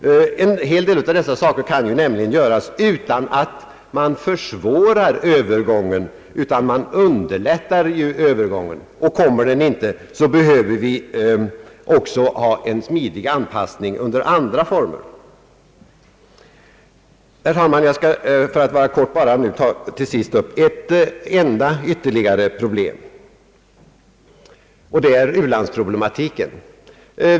En hel del av dessa åtgärder kan nämligen genomföras på ett sådant sätt, att övergången inte försvåras utan underlättas. Skulle övergången sedan inte komma till stånd, behöver vi också i denna situation en smidig anpassning under andra former. Herr talman! Jag skall för korthetens skull till sist endast ta upp ett ytterligare problem, nämligen u-landsproblematiken.